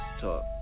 talk